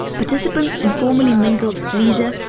participants informally mingled at leisure,